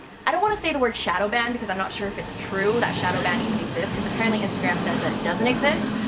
i don't want to say the word shadow ban because i'm not sure if it's true that shadow ban even exist. because apparently instagram says that it doesn't exist.